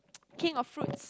king of fruits